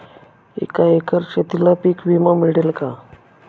एका एकर शेतीला पीक विमा मिळेल का?